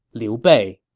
liu bei